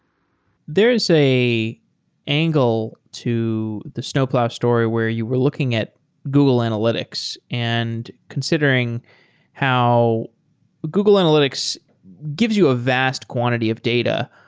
there is an angle to the snowplow story where you were looking at google analytics, and considering how google analytics gives you a vast quantity of data,